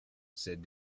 said